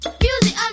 music